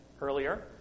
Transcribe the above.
earlier